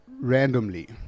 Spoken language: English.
randomly